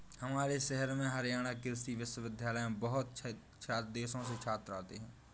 हमारे शहर में हरियाणा कृषि विश्वविद्यालय में बहुत देशों से छात्र आते हैं